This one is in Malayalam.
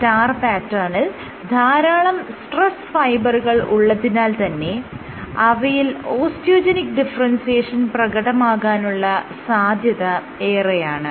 സ്റ്റാർ പാറ്റേണിൽ ധാരാളം സ്ട്രെസ്സ്ഫൈബറുകൾ ഉള്ളതിനാൽ തന്നെ അവയിൽ ഓസ്റ്റിയോജെനിക് ഡിഫറെൻസിയേഷൻ പ്രകടമാകാനുള്ള സാധ്യത ഏറെയാണ്